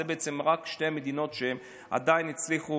זה בעצם רק שתי המדינות שעדיין הצליחו